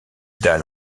dalle